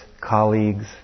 colleagues